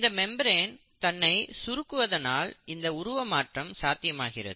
இந்த மெம்பிரேன் தன்னை சுருக்குவதனால் இந்த உருவ மாற்றம் சாத்தியமாகிறது